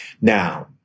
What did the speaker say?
Now